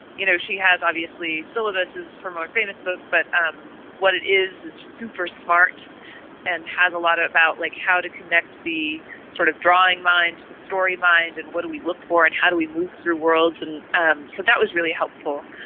you know, she has obviously syllabuses from our famous book. but um what it is, is super smart and has a lot of about like how to connect the sort of drawing mind the story mind and what do we look for and how do we move through worlds. and um so that was really helpful.